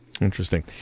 Interesting